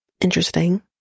interesting